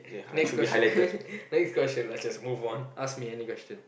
next question next question let's just move on ask me any question